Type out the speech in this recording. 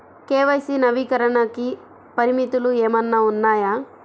KYC నవీకరణకి పరిమితులు ఏమన్నా ఉన్నాయా?